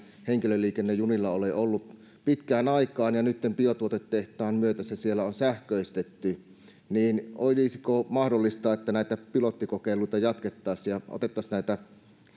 henkilöliikennettä junilla ole ollut enää pitkään aikaan ja nytten biotuotetehtaan myötä se siellä on sähköistetty niin olisiko mahdollista että näitä pilottikokeiluita jatkettaisiin ja otettaisiin näitä